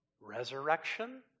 resurrection